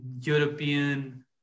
European